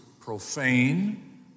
profane